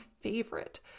favorite